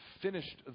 finished